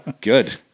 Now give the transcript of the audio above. good